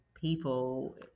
people